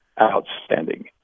outstanding